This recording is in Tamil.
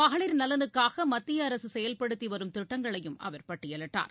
மகளிர் நலனுக்காகமத்தியஅரசுசெயல்படுத்திவரும் திட்டங்களையும் அவர் பட்டியலிட்டார்